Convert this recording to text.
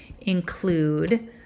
include